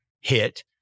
hit